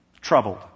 troubled